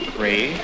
Three